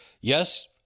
Yes